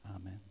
Amen